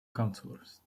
councillors